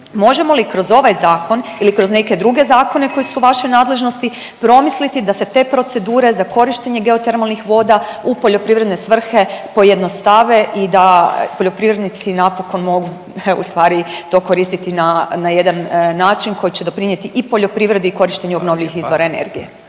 Možemo li kroz ovaj zakon ili kroz neke druge zakone koji su u vašoj nadležnosti promisliti da se te procedure za korištenje geotermalnih voda u poljoprivredne svrhe pojednostave i da poljoprivrednici napokon mogu ustvari to koristiti na jedan način koji će doprinijeti i poljoprivredi i korištenju obnovljivih izvora energije.